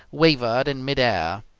wavered in mid-air,